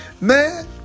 Man